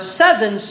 seven